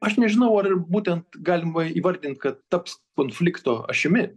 aš nežinau ar būtent galima įvardint kad taps konflikto ašimi